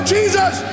Jesus